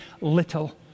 little